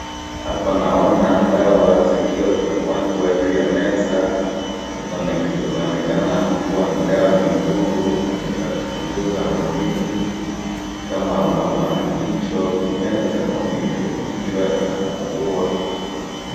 Hapa naona dawa zikiwa zimemwagwa juu ya meza. Zinaonekana kuwa ni dawa nyekundu na ni za kupunguza maumivu. Kama unaumwa na kichwa ukimeza maumivu ya kichwa ina pungua.